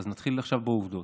אז נתחיל עכשיו בעובדות.